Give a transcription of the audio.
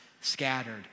scattered